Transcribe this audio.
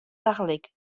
tagelyk